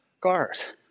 cars